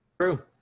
true